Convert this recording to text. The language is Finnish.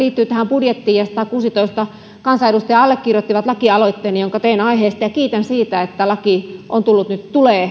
budjettiin satakuusitoista kansanedustajaa allekirjoitti lakialoitteen jonka tein aiheesta ja kiitän siitä että laki tulee